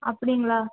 அப்படிங்களா